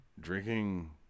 drinking